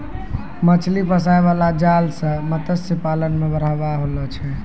मछली फसाय बाला जाल से मतस्य पालन मे बढ़ाबा होलो छै